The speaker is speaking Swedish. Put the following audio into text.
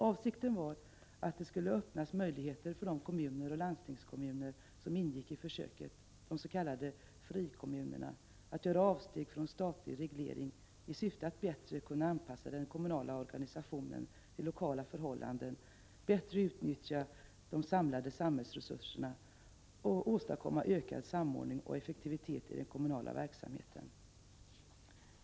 Avsikten var att det skulle öppnas möjligheter för de kommuner och landstingskommuner som ingick i försöket — de s.k. frikommunerna — att göra avsteg från statlig reglering i syfte att bättre kunna anpassa den kommunala organisationen till lokala förhållanden, bättre utnyttja de samlade samhällsresurserna samt åstadkomma ökad samordning och effektivitet i den kommunala verksamheten.